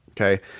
Okay